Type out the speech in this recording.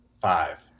Five